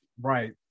Right